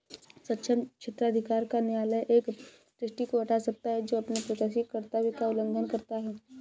सक्षम क्षेत्राधिकार का न्यायालय एक ट्रस्टी को हटा सकता है जो अपने प्रत्ययी कर्तव्य का उल्लंघन करता है